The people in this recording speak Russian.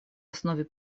основе